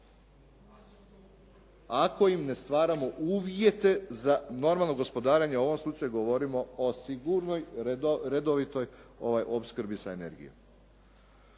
ako im ne stvaramo uvjete za normalno gospodarenje, u ovom slučaju govorimo o sigurnoj redovitoj opskrbi sa energijom.